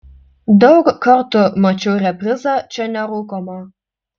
daug kartų mačiau reprizą čia nerūkoma